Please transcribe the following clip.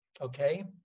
Okay